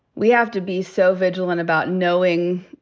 we have to be so vigilant about knowing